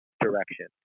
direction